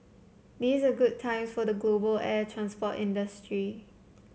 good times for the global air transport industry